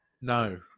No